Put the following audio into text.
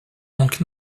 donc